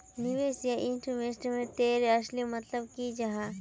निवेश या इन्वेस्टमेंट तेर असली मतलब की जाहा?